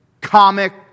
comic